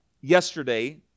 Yesterday